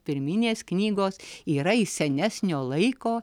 pirminės knygos yra iš senesnio laiko